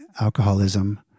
alcoholism